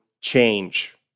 change